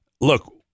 look